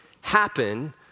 happen